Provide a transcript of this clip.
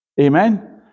Amen